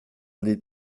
les